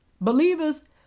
believers